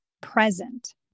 present